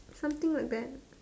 something like that